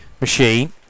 machine